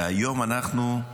והיום אנחנו,